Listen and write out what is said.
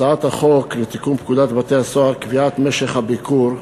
הצעת חוק לתיקון פקודת בתי-הסוהר (קביעת משך הביקור).